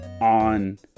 on